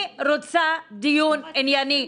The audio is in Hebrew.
אני רוצה דיון ענייני.